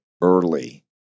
early